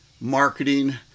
marketing